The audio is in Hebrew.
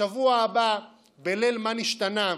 בשבוע הבא, בליל "מה נשתנה",